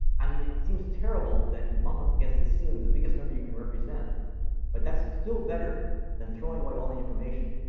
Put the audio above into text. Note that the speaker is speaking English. i mean, it seems terrible that you bump up against this ceiling the biggest number you can represent but that's still better than throwing away all the information.